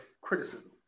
criticism